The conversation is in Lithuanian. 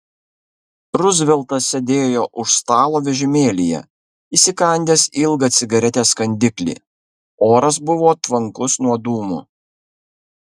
ruzveltas sėdėjo už stalo vežimėlyje įsikandęs ilgą cigaretės kandiklį oras buvo tvankus nuo dūmų